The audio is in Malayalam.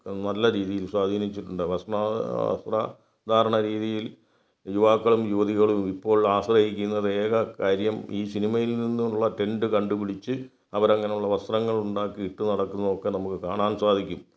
നല്ല രീതിയിൽ സ്വാധീനിച്ചിട്ടുണ്ട് വസ്ത്ര വസ്ത്രധാരണ രീതിയിൽ യുവാക്കളും യുവതികളും ഇപ്പോൾ ആശ്രയിക്കുന്നത് ഏക കാര്യം ഈ സിനിമയിൽ നിന്നുള്ള ടെൻഡ് കണ്ടുപിടിച്ച് അവരങ്ങനുള്ള വസ്ത്രങ്ങൾ ഉണ്ടാക്കിയിട്ട് നടന്ന് നോക്കുന്നത് നമുക്ക് കാണാൻ സാധിക്കും